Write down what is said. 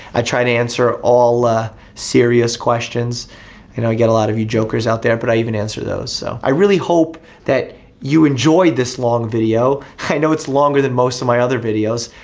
i try to answer all serious questions, i know i get a lot of you jokers out there but i even answer those, so. i really hope that you enjoyed this long video, i know it's longer than most of my other videos,